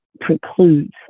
precludes